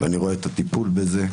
אני רואה את הטיפול בזה,